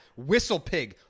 Whistlepig